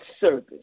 service